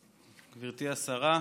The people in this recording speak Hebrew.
גברתי השרה,